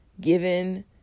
given